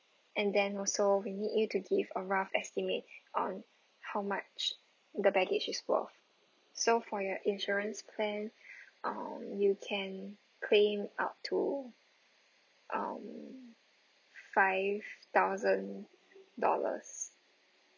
and then also we need you to give a rough estimate on how much the baggage is worth so for your insurance plan amount you can claim up to um five thousand dollars